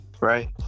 Right